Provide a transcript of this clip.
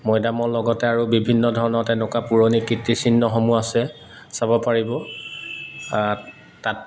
মৈদামৰ লগতে আৰু বিভিন্ন ধৰণৰ তেনেকুৱা পুৰণি কীৰ্তিচিহ্নসমূহ আছে চাব পাৰিব তাত